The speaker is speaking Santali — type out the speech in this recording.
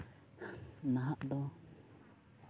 ᱱᱟᱦᱟᱜ ᱫᱚ